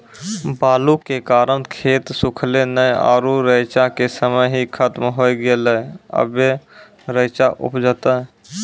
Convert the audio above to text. बालू के कारण खेत सुखले नेय आरु रेचा के समय ही खत्म होय गेलै, अबे रेचा उपजते?